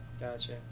Gotcha